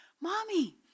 mommy